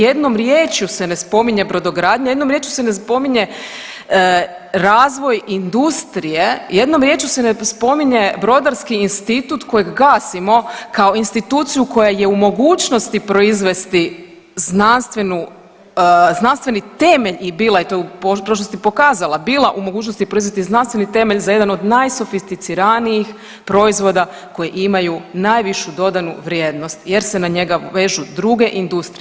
Jednom riječju se ne spominje brodogradnja, jednom riječju se ne spominje razvoj industrije, jednom riječju se ne spominje Brodarski institut kojeg gasimo kao instituciju koja je u mogućosti proizvesti znanstvenu, znanstveni temelj i bila je to u prošlosti pokazala, bila u mogućosti proizvesti znanstveni temelj za jedan od najsofisticiranijih proizvoda koji imaju najvišu dodanu vrijednost jer se na njega vežu druge industrije.